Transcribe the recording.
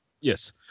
Yes